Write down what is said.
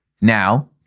Now